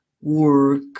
work